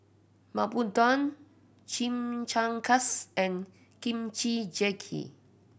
Papadum Chimichangas and Kimchi Jjigae